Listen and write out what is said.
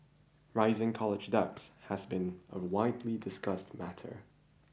rising college debt has been a widely discussed matter